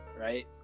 right